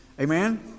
Amen